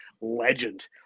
legend